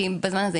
כי בזמן הזה,